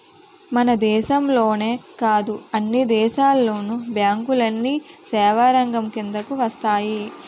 మన దేశంలోనే కాదు అన్ని దేశాల్లోను బ్యాంకులన్నీ సేవారంగం కిందకు వస్తాయి